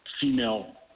female